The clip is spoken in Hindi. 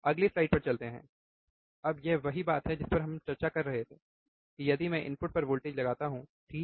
अगले स्लाइड पर चलते हैं अब यह वही बात है जिस पर हम चर्चा कर रहे थे कि यदि मैं इनपुट पर वोल्टेज लगाता हूँ ठीक